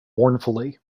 mournfully